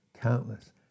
countless